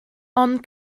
ond